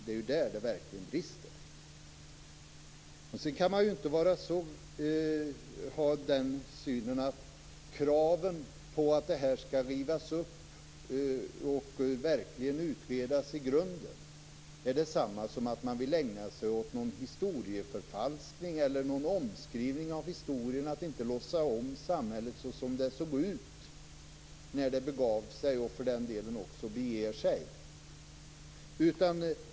Det går inte att ha uppfattningen att kraven på att det skall ske en grundlig utredning är detsamma som en historieförfalskning, omskrivning av historien och ett åsidosättande av hur samhället såg ut när det begav sig och beger sig.